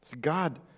God